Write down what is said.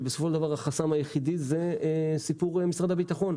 שבסופו של דבר החסם היחיד זה הסיפור של משרד הביטחון,